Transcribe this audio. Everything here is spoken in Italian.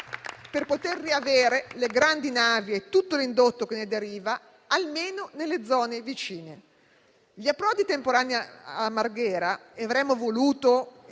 per poter riavere le grandi navi e tutto l'indotto che ne deriva, almeno nelle zone vicine. Gli approdi temporanei a Marghera devono